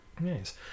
Nice